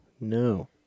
No